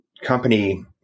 company